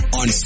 on